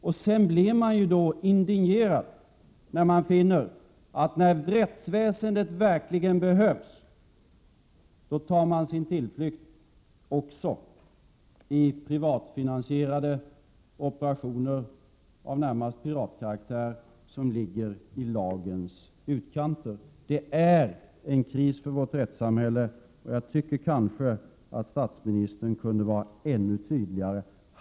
Därför blir jag indignerad, när jag finner att man i en situation där rättsväsendet verkligen behövs tar sin tillflykt också till privatfinansierade operationer av närmast piratkaraktär i lagens utkanter. Det är fråga om en kris för vårt samhälle. Jag tycker att statsministern kanske hade kunnat vara ännu tydligare.